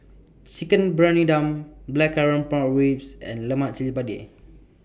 Chicken Briyani Dum Blackcurrant Pork Ribs and Lemak Cili Padi